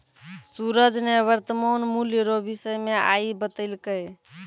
सूरज ने वर्तमान मूल्य रो विषय मे आइ बतैलकै